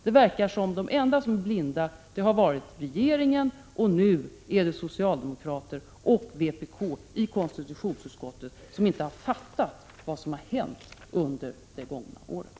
Det verkar som om de enda som har varit blinda återfinns i regeringen. Nu är det socialdemokrater och vpk i konstitutionsutskottet som inte har fattat vad som har hänt under det gångna året.